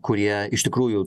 kurie iš tikrųjų